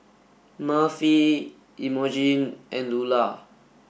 Murphy Imogene and Lulah